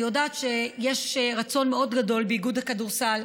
אני יודעת שיש רצון מאוד גדול באיגוד הכדורסל,